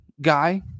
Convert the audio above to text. guy